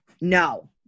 No